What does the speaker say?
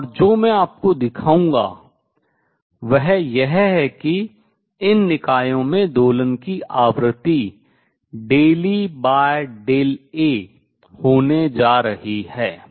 और जो मैं आपको दिखाऊंगा वह यह है कि इन निकायों में दोलन की आवृत्ति ∂E∂A होने जा रही है